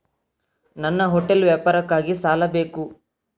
ನನ್ನ ಹೋಟೆಲ್ ವ್ಯಾಪಾರಕ್ಕಾಗಿ ಸಾಲ ಬೇಕು